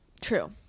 True